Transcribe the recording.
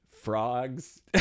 frogs